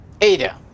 Ada